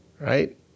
Right